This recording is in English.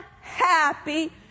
happy